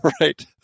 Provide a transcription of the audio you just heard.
Right